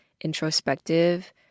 introspective